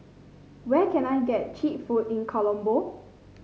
where can I get cheap food in Colombo